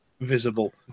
visible